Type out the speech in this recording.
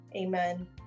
Amen